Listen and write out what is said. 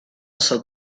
se’l